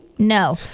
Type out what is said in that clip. No